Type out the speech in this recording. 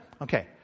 Okay